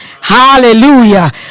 Hallelujah